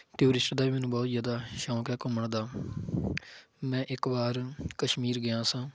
tourist ਦਾ ਮੈਨੂੰ ਬਹੁਤ ਜ਼ਿਆਦਾ ਸ਼ੌਂਕ ਹੈ ਘੁੰਮਣ ਦਾ ਮੈਂ ਇੱਕ ਵਾਰ ਕਸ਼ਮੀਰ ਗਿਆ ਸਾਂ